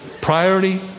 Priority